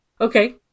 Okay